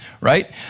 right